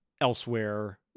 elsewhere